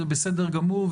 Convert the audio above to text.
זה בסדר גמור,